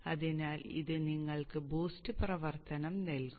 അതിനാൽ ഇത് നിങ്ങൾക്ക് ബൂസ്റ്റ് പ്രവർത്തനം നൽകും